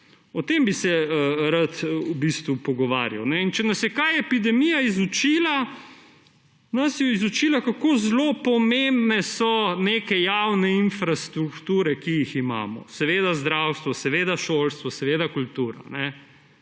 O tem bi se rad v bistvu pogovarjal. Če nas je kaj epidemija izučila, nas je izučila, kako zelo pomembne so neke javne infrastrukture, ki jih imamo. Seveda zdravstvo, seveda šolstvo, seveda kultura.